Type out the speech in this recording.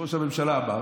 יושב-ראש הממשלה אמר,